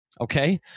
okay